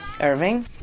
Irving